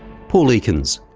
paul ekins.